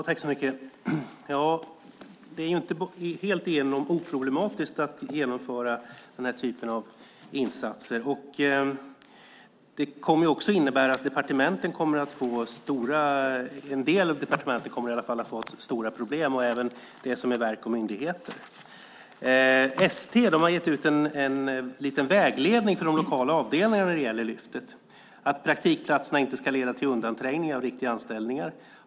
Herr talman! Det är inte helt igenom oproblematiskt att genomföra denna typ av insatser. Det kommer också att innebära att åtminstone en del av departementen och även det som är verk och myndigheter kommer att få stora problem. ST har gett ut en liten vägledning till de lokala avdelningarna när det gäller Lyftet: Praktikplatserna ska inte leda till undanträngning av riktiga anställningar.